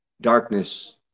darkness